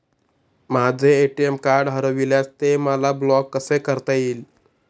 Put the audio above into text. माझे ATM card हरविल्यास ते मला ब्लॉक कसे करता येईल?